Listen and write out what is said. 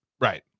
Right